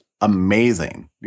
amazing